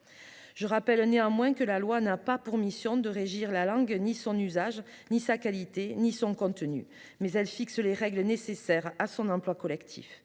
de stigmatisation. La loi n’a pas pour mission de régir la langue, ni son usage, ni sa qualité, ni son contenu. Elle fixe les règles nécessaires à son emploi collectif.